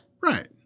Right